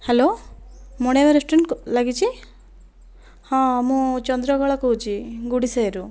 hello Manima ରେଷ୍ଟୁରାଣ୍ଟ୍କୁ ଲାଗିଛି ହଁ ମୁଁ ଚନ୍ଦ୍ରକଳା କହୁଛି ଗୁଡ଼ିସାହିରୁ